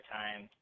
time